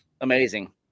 amazing